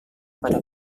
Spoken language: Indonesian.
pada